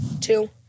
two